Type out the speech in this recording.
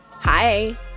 Hi